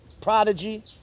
Prodigy